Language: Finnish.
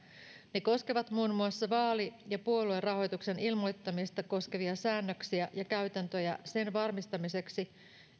ne koskevat muun muassa vaali ja puoluerahoituksen ilmoittamista koskevia säännöksiä ja käytäntöjä sen varmistamiseksi